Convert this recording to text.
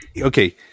Okay